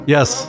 Yes